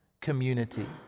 community